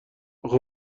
اخه